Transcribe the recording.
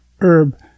Herb